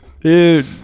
Dude